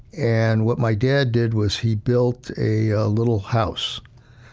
and what my dad did was he built a ah little house,